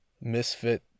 misfit